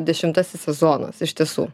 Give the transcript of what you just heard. dešimtasis sezonas iš tiesų